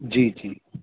जी जी